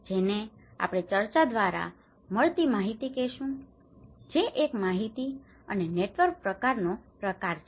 જેને આપણે ચર્ચા દ્વારા મળતી માહિતી કહીશું જે એક માહિતી અને નેટવર્ક પ્રકારનો પ્રકાર છે